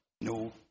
No